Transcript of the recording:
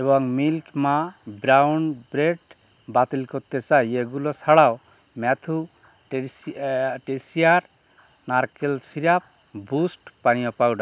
এবং মিল্ক মা brown bread বাতিল করতে চাই এগুলো ছাড়াও ম্যাথু টেসেয়ার নারকেল সিরাপ বুস্ট পানীয় পাউডার